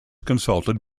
consulted